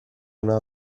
una